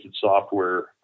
software